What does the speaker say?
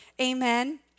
Amen